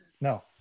No